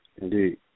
Indeed